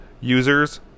users